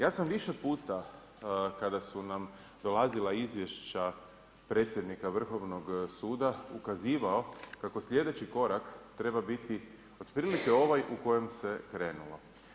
Ja sam više puta kada su nam dolazila izvješća predsjednika Vrhovnog suda ukazivao kako sljedeći korak treba biti otprilike ovaj u kojem se krenulo.